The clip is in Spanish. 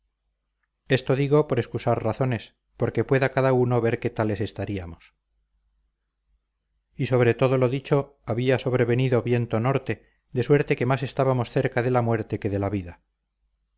esto digo por excusar razones porque pueda cada uno ver qué tales estaríamos y sobre todo lo dicho había sobrevenido viento norte de suerte que más estábamos cerca de la muerte que de la vida